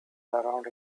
around